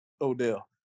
odell